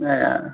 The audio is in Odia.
ନାହିଁ